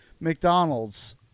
mcdonald's